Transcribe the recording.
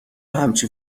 همچین